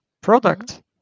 product